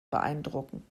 beeindrucken